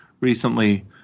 recently